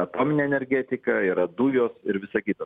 atominė energetika yra dujos ir visa kita